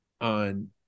on